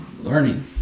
learning